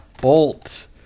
Bolt